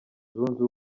zunze